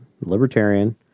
libertarian